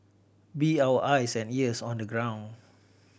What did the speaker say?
be our eyes and ears on the ground